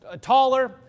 taller